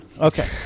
Okay